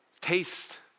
Taste